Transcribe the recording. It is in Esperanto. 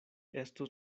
estos